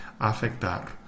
Afectar